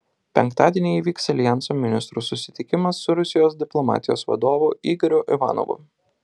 penktadienį įvyks aljanso ministrų susitikimas su rusijos diplomatijos vadovu igoriu ivanovu